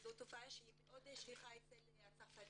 זאת תופעה מאוד שכיחה אצל הצרפתים.